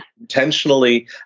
intentionally